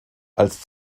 als